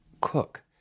cook